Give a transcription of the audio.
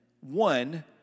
one